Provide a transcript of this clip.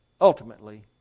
ultimately